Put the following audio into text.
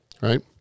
right